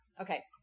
Okay